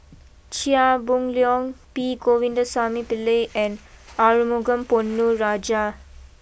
Chia Boon Leong P Govindasamy Pillai and Arumugam Ponnu Rajah